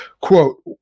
quote